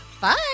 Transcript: Bye